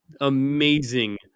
amazing